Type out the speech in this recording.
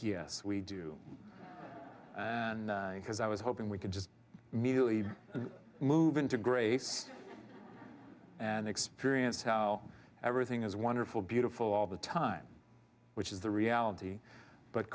yes we do and because i was hoping we could just immediately move into grace and experience how everything is wonderful beautiful all the time which is the reality but